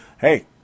hey